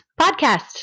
podcast